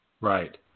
Right